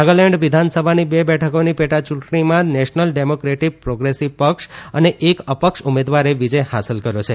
નાગાલેન્ડ વિધાનસભાની બે બેઠકોની પેટા યુંટણીમાં નેશનલ ડેમોક્રેટીક પ્રોગ્રેસીવ પક્ષ અને એક અપક્ષ ઉમેદવારે વિજય હાંસલ કર્યો છે